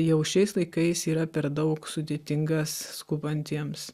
jau šiais laikais yra per daug sudėtingas skubantiems